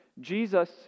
Jesus